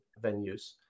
venues